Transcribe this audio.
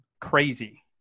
Crazy